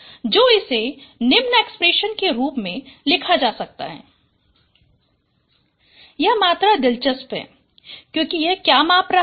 तो इसे निम्न एक्सप्रेशन के रूप में लिखा जा सकता है 1NTXTW यह मात्रा दिलचस्प है क्योंकि यह क्या माप रहा है